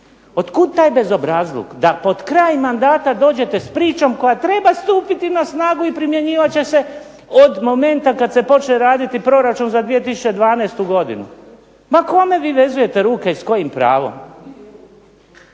Od kud taj bezobrazluk da pod kraj mandata dođete s pričom koja treba stupiti na snagu i primjenjivat će se od momenta kad se počne raditi proračun za 2012. godinu. Ma kome vi vezujete ruke i s kojim pravom.